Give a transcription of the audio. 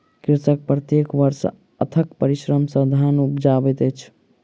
कृषक प्रत्येक वर्ष अथक परिश्रम सॅ धान उपजाबैत अछि